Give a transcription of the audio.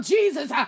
Jesus